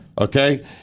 Okay